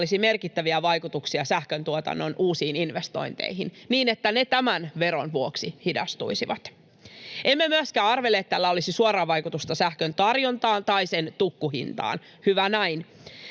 että tällä olisi merkittäviä vaikutuksia sähköntuotannon uusiin investointeihin, niin että ne tämän veron vuoksi hidastuisivat. Emme myöskään arvele, että tällä olisi suoraa vaikutusta sähkön tarjontaan tai sen tukkuhintaan — hyvä näin.